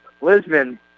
Lisbon